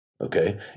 Okay